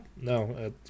no